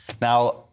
Now